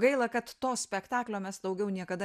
gaila kad to spektaklio mes daugiau niekada